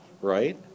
right